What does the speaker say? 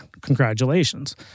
Congratulations